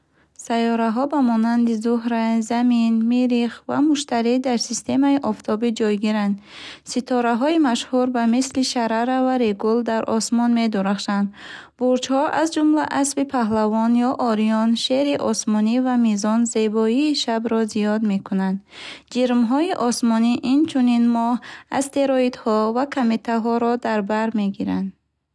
Сайёраҳо ба монанди Зуҳра, Замин, Миррих ва Муштарӣ дар системаи Офтобӣ ҷойгиранд. Ситораҳои машҳур ба мисли Шарара ва Регул дар осмон медурахшанд. Бурҷҳо, аз ҷумла Аспи Паҳлавон ё Орион, Шери Осмонӣ ва Мизон, зебоии шабро зиёд мекунанд. Ҷирмҳои осмонӣ инчунин моҳ, астероидҳо ва кометаҳоро дар бар мегиранд.